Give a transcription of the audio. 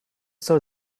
saw